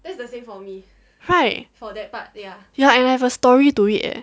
right ya and I have a story to it eh